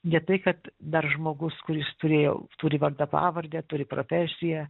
ne tai kad dar žmogus kuris turėjo turi vardą pavardę turi profesiją